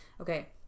Okay